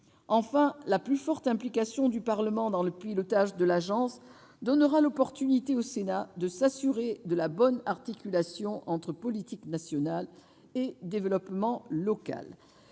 Enfin, la plus forte implication du Parlement dans le pilotage de l'Agence donnera l'occasion au Sénat de s'assurer de la bonne articulation entre politique nationale et développement local.